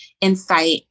insight